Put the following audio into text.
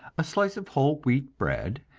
a slice of whole wheat bread,